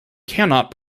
cannot